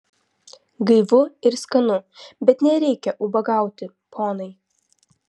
gaivu ir skanu bet nereikia ubagauti ponai